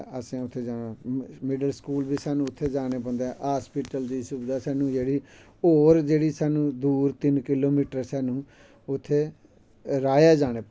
ते इस बास्तै असें उत्थें जाना मिडल स्कूल बी स्हानू उत्थें जाना पौंदा ऐ हसपिटल दी सुविधा स्हानू होर जेह्ड़ी स्हानू दूर तिन्न किलोमीटर स्हानू उत्थें राया जाना पौंदा